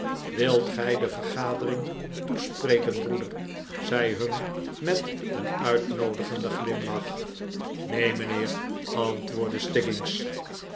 wilt gij de vergadering tbespreken broeder zei humm met een uitnoodigenden glimlach neen mijnheer antwoordde